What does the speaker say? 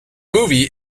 movie